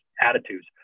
attitudes